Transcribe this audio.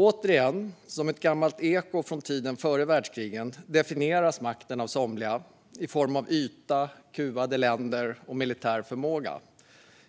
Återigen, som ett gammalt eko från tiden före världskrigen, definieras nu makten av somliga i form av yta, kuvade länder och militär förmåga